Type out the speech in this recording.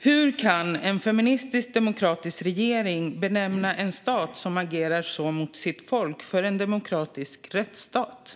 Hur kan en feministisk, demokratisk regering kalla en stat för demokratisk rättsstat när den agerar så här mot sitt folk?